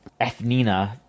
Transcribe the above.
Ethnina